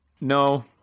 No